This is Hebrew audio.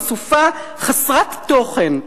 אסופה חסרת תוכן.